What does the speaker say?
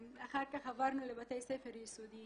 אחר כך עברנו לבתי ספר יסודיים